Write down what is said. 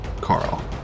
Carl